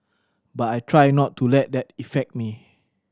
but I try not to let that effect me